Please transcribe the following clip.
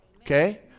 Okay